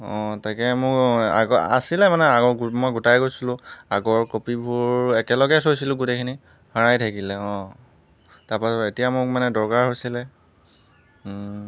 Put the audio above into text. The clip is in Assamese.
অ' তাকেই মই আগ আছিলে মানে আগত মই গোটাই গৈছিলো আগৰ ক'পিবোৰ একেলগে থৈছিলো গোটেইখিনি হেৰাই থাকিলে অ' তাৰ পা এতিয়া মোক মানে দৰকাৰ হৈছিলে